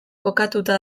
kokatuta